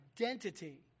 identity